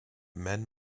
men